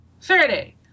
Faraday